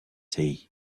tea